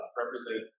represent